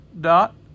dot